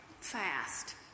fast